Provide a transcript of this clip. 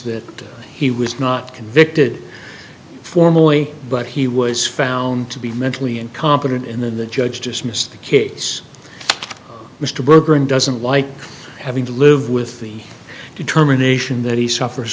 that he was not convicted formally but he was found to be mentally incompetent in the judge dismissed the case mr berger and doesn't like having to live with the determination that he suffers